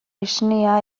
esnea